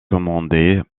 commander